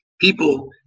people